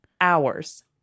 hours